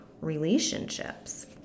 relationships